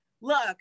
look